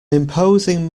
imposing